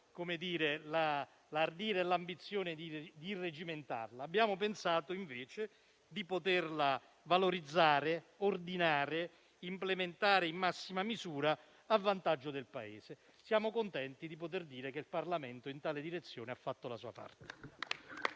l'ardire e l'ambizione di irreggimentarla; abbiamo pensato, invece, di poterla valorizzare, ordinare e implementare in massima misura a vantaggio del Paese. Siamo contenti di poter dire che il Parlamento in tale direzione ha fatto la sua parte.